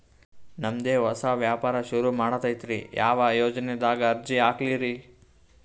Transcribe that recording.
ನಮ್ ದೆ ಹೊಸಾ ವ್ಯಾಪಾರ ಸುರು ಮಾಡದೈತ್ರಿ, ಯಾ ಯೊಜನಾದಾಗ ಅರ್ಜಿ ಹಾಕ್ಲಿ ರಿ?